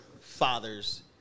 fathers